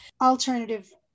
alternative